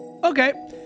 Okay